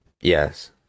yes